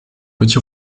petit